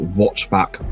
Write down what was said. watchback